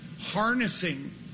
harnessing